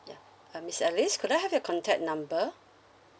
ya uh miss alice could I have your contact number